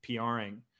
pring